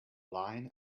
line